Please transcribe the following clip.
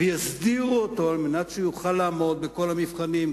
ויסדיר אותו כך שיוכל לעמוד בכל המבחנים,